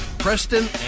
preston